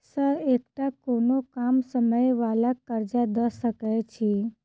Sir एकटा कोनो कम समय वला कर्जा दऽ सकै छी?